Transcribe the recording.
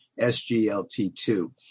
SGLT2